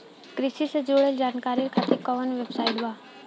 कृषि से जुड़ल जानकारी खातिर कोवन वेबसाइट बा?